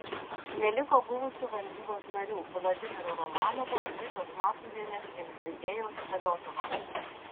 neliko buvusių valdybos narių vladimiro romanovo ritos matūzienės ir sergejaus fedotovo